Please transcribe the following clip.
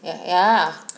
ya ya